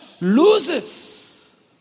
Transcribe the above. loses